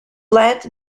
led